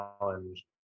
challenge